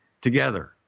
together